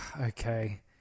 Okay